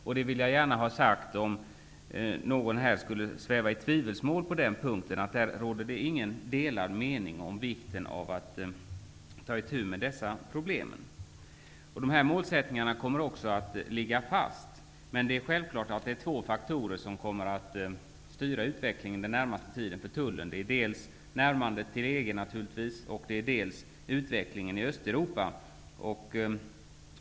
Jag vill gärna ha det sagt, om nu någon skulle sväva i tvivelsmål på denna punkt, att det inte råder några delade meningar om vikten av att ta itu med dessa problem. Dessa mål kommer också att ligga fast. Det är självklart att det är två faktorer som under den närmaste tiden kommer att styra utvecklingen för Tullen. Det är dels närmandet till EG, dels utvecklingen i Östeuropa.